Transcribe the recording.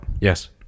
Yes